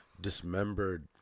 dismembered